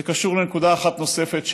זה קשור לנקודה אחת נוספת,